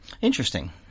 Interesting